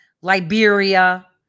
Liberia